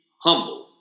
humble